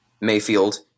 Mayfield